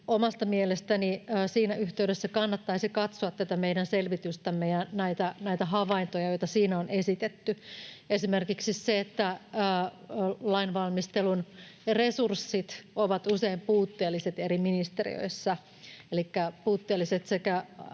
omasta mielestäni siinä yhteydessä kannattaisi katsoa tätä meidän selvitystämme ja näitä havaintoja, joita siinä on esitetty. Esimerkiksi se, että lainvalmistelun resurssit ovat usein puutteelliset eri ministeriöissä, elikkä puutteelliset sekä